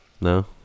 No